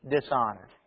dishonored